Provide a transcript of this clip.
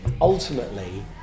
ultimately